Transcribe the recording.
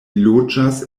loĝas